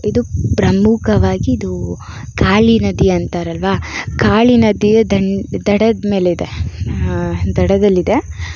ಇದು ಪ್ರಮುಖವಾಗಿ ಇದು ಕಾಳಿ ನದಿ ಅಂತಾರಲ್ವಾ ಕಾಳಿ ನದಿಯ ದಂಡ್ ದಡದ ಮೇಲಿದೆ ದಡದಲ್ಲಿದೆ